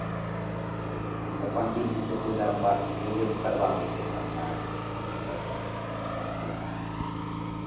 हम तऽ पण्डीजी छियै पूजा पाठ पूजे करवाबै छियै तऽ हमरा आरके